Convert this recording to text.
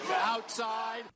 outside